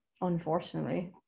unfortunately